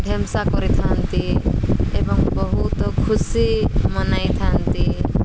ଢେମସା କରିଥାନ୍ତି ଏବଂ ବହୁତ ଖୁସି ମନାଇଥାନ୍ତି